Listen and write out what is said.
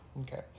Okay